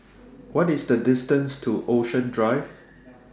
What IS The distance to Ocean Drive